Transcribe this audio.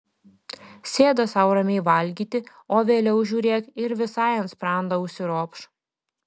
sėda sau ramiai valgyti o vėliau žiūrėk ir visai ant sprando užsiropš